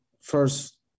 first